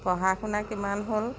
পঢ়া শুনা কিমান হ'ল